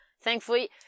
thankfully